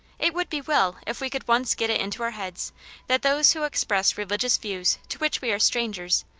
it would be well if we could once get it into our heads that those who express religious views to which we are strangers,